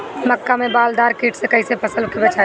मक्का में बालदार कीट से कईसे फसल के बचाई?